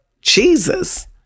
Jesus